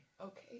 Okay